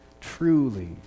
truly